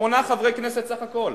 שמונה חברי כנסת בסך הכול.